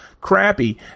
crappy